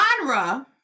genre